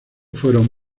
fueron